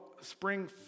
spring